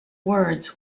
words